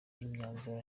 imyanzuro